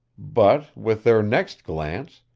but, with their next glance,